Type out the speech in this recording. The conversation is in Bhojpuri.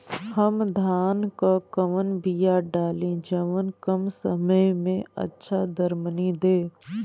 हम धान क कवन बिया डाली जवन कम समय में अच्छा दरमनी दे?